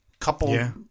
Couple